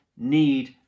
need